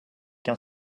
kan